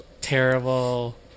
...terrible